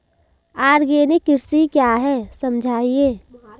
Organic कृषि क्या है समझाइए?